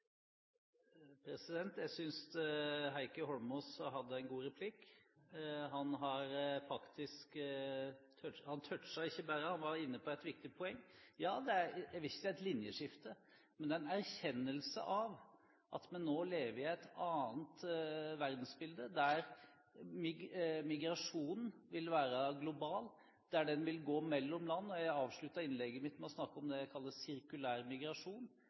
Jeg synes Heikki Holmås hadde en god replikk. Han touchet ikke bare – han var inne på et viktig poeng. Jeg vil ikke si det er et linjeskift, men det er en erkjennelse av at vi nå lever i et annet verdensbilde der migrasjonen vil være global, der den vil gå mellom land. Jeg avsluttet innlegget mitt med å snakke om det jeg kaller sirkulær migrasjon,